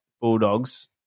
Bulldogs